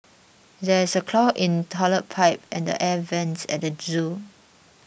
there is a clog in Toilet Pipe and the Air Vents at the zoo